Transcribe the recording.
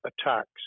attacks